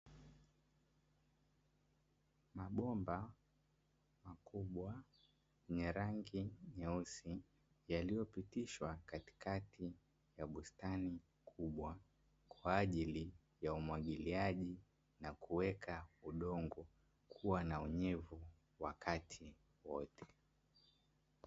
Mabomba makubwa yenye rangi nyeusi yaliyopitishwa katikati ya bustani kubwa, kwa ajili ya umwagiliaji na kuweka udongo kuwa na unyevu wakati wote.